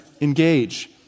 Engage